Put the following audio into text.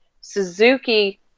Suzuki